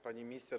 Pani Minister!